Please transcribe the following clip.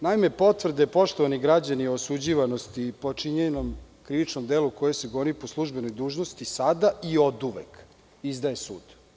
Naime, potvrde, poštovani građani o osuđivanosti i počinjenom krivičnom delu koje se goni po službenoj dužnosti sada i oduvek izdaje sud.